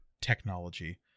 technology